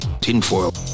tinfoil